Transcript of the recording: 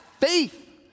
faith